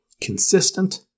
consistent